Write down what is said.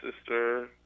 sister